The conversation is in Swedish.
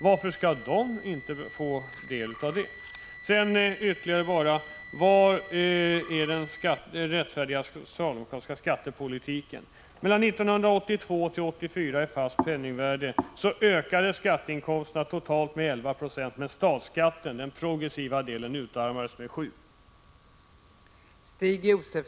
Ytterligare en fråga: Var är socialdemokraternas rättfärdiga skattepolitik? 1982-1984 ökades skatteinkomsterna i fast penningvärde med totalt 11 96, medan den progressiva delen i statsskatten utarmades med 7 96.